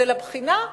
זה לבחינה?